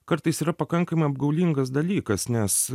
kartais yra pakankamai apgaulingas dalykas nes